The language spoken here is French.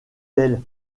elle